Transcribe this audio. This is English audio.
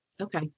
Okay